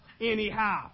Anyhow